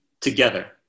together